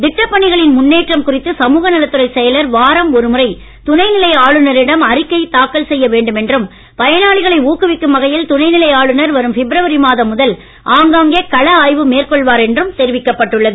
திட்டப் பணிகளின் முன்னேற்றம் குறித்து சமூக நலத்துறைச் செயலர் வாரம் ஒருமுறை துணை நிலை ஆளுநரிடம் அறிக்கை தாக்கல் செய்ய வேண்டுமென்றும் பயனாளிகளை ஊக்குவிக்கும் வகையில் துணை நிலை ஆளுநர் வரும் பிப்ரவரி மாதம் முதல் மேற்கொள்வார் என்றும் தெரிவிக்கப்பட்டுள்ளது